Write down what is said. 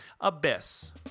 Abyss